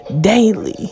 daily